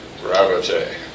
Gravity